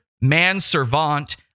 Manservant